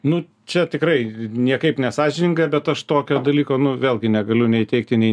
nu čia tikrai niekaip nesąžininga bet aš tokio dalyko nu vėlgi negaliu nei teigti nei